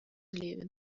левин